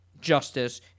justice